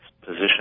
position